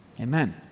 Amen